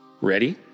Ready